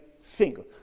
single